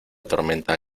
tormenta